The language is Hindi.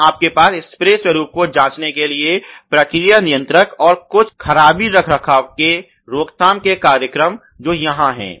और आपके पास स्प्रे स्वरूप को जाँचने के लिए प्रक्रिया नियंत्रक और कुछ खराबी रखरखाव के रोकथाम के कार्यक्रम जो यहाँ हैं